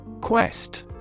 Quest